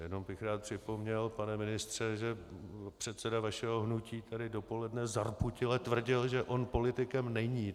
Jenom bych rád připomněl, pane ministře, že předseda vašeho hnutí tady dopoledne zarputile tvrdil, že on politikem není.